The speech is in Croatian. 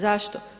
Zašto?